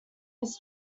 his